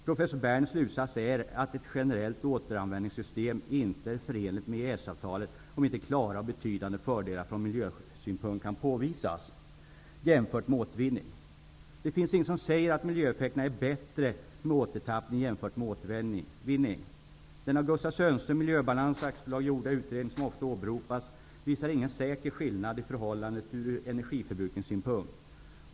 Professor Bernitz slutsats är att ett generellt återanvändningssystem inte är förenligt med EES-avtalet, om inte klara och betydande fördelar från miljöskyddssynpunkt kan påvisas jämfört med återvinning. Det finns ingenting som säger att miljöeffekterna är bättre med återtappning jämfört med återvinning. Den av Gustav Sundström Miljöbalans AB gjorda utredningen, som ofta åberopas, visar ingen säker skillnad i förhållandena ur energiförbrukningssynpunkt.